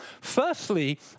Firstly